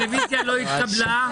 הרביזיה לא התקבלה.